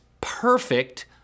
perfect